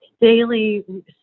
Daily